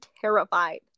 terrified